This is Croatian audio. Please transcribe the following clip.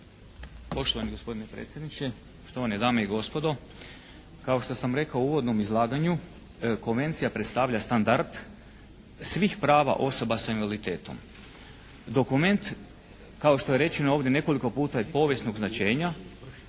Poštovani gospodine predsjedniče, štovane dame i gospodo kao što sam rekao u uvodnom izlaganju konvencija predstavlja standard svih prava osoba sa invaliditetom. Dokument kao što je rečeno ovdje nekoliko puta je povijesnog značenja